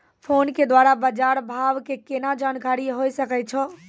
Phone के द्वारा बाज़ार भाव के केना जानकारी होय सकै छौ?